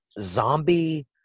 zombie